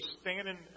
standing